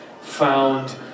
found